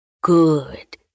Good